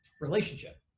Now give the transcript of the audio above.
relationship